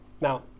Now